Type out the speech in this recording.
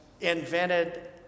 invented